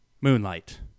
Moonlight